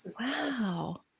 Wow